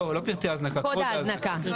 לא, לא פרטי ההזנקה, קוד ההזנקה.